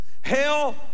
Hell